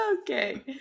Okay